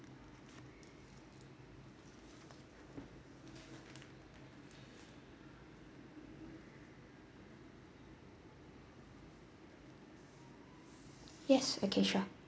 yes okay sure